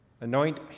Anoint